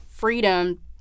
Freedom